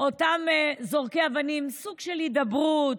אותם זורקי אבנים סוג של הידברות: